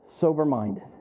Sober-minded